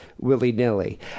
willy-nilly